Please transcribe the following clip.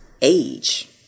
age